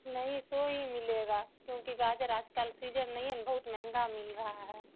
نہیں سو ہی ملے گا کیونکہ گاجر آج کل سیجن نہیں ہے نا بہت مہنگا مل رہا ہے